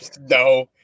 No